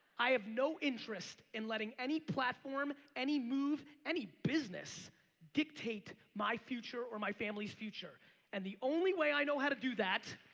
i have no interest in letting any platform, any move, any business dictate my future or my family's future and the only way i know how to do that